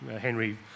Henry